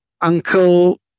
Uncle